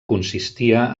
consistia